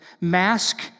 mask